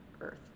earth